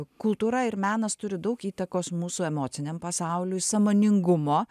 kultūra ir menas turi daug įtakos mūsų emociniam pasauliui sąmoningumo